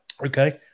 okay